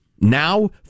Now